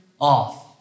off